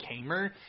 Kamer